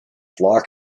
flock